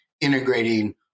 Integrating